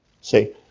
See